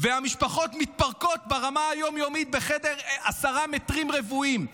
והמשפחות מתפרקות ברמה היום-יומית בחדר עשרה מטרים רבועים.